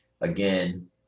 again